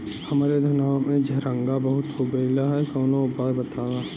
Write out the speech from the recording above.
हमरे धनवा में झंरगा बहुत हो गईलह कवनो उपाय बतावा?